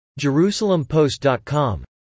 Jerusalempost.com